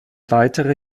weitere